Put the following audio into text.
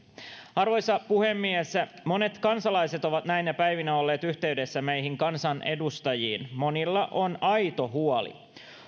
arvoisa puhemies monet kansalaiset ovat näinä päivinä olleet yhteydessä meihin kansanedustajiin monilla on aito huoli